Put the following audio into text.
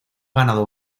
ganado